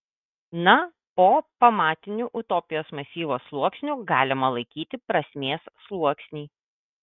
na o pamatiniu utopijos masyvo sluoksniu galima laikyti prasmės sluoksnį